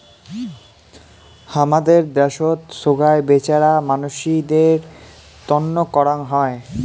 হামাদের দ্যাশোত সোগায় বেচেরা মানসিদের তন্ন করাং হই